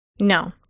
No